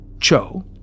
Cho